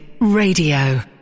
Radio. ¶¶